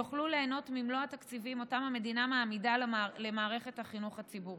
יוכלו ליהנות ממלוא התקציבים שהמדינה מעמידה למערכת החינוך הציבורית.